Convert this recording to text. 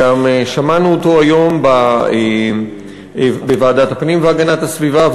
שמענו אותו היום בוועדת הפנים והגנת הסביבה,